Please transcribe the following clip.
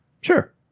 Sure